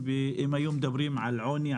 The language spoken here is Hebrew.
אם היום מדברים על עוני,